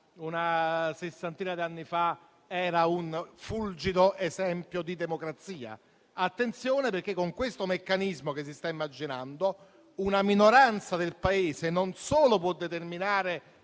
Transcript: una sessantina d'anni fa sarà un fulgido esempio di democrazia. Attenzione, perché, con questo meccanismo che si sta immaginando, non solo una minoranza del Paese può determinare